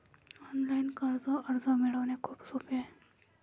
online कर्ज अर्ज मिळवणे खूप सोपे आहे